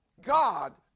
God